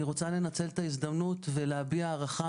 אני רוצה לנצל את ההזדמנות ולהביע הערכה